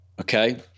Okay